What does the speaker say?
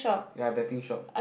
ya betting shop